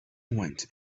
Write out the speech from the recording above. went